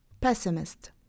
Pessimist